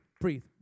breathe